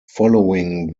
following